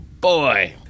boy